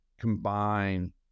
combine